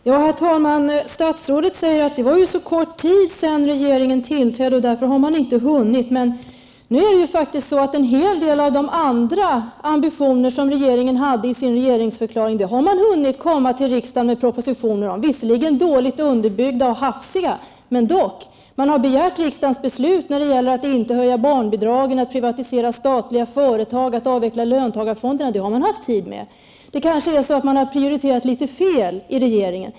Herr talman! Statsrådet säger att det var så kort tid sedan regeringen tillträdde, och därför har man inte hunnit. Men en hel del av de andra ambitioner som regeringen hade med i sin regeringsförklaring har man hunnit komma till riksdagen med propositioner om, visserligen dåligt underbyggda och hafsiga, men dock. Man har begärt riksdagens beslut när det gäller att inte höja barnbidragen, att privatisera statliga företag och att avveckla löntagarfonderna. Det har man haft tid med. Regeringen har kanske prioriterat litet fel.